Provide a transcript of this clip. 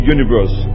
Universe